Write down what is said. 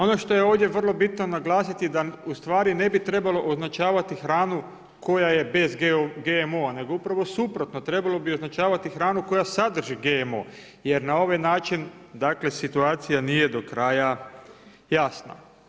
Ono što je ovdje vrlo bitno naglasiti, da ustvari ne bi trebalo označavati hranu koja je bez GMO-a, nego upravo suprotno, trebalo bi označavati hranu, koja sadrži GMO, jer na ovaj način, situacija nije do kraja jasna.